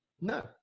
No